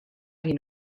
hyn